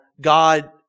God